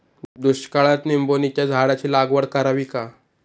दुष्काळात निंबोणीच्या झाडाची लागवड करावी का?